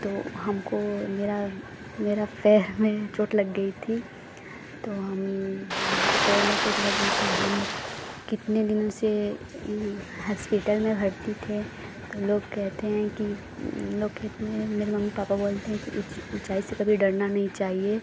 तो हमको मेरा मेरा पैर में चोट लग गई थी तो हम पैर में चोट लग गई थी हम कितने दिन से हॉस्पिटल में भर्ती थे तो लोग कहते हैं कि लोग कहते हैं मेरे मम्मी पापा बोलते हैं कि ऊंच ऊँचाई से कभी डरना नहीं चाहिए